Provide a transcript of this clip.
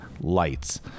lights